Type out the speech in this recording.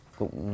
cũng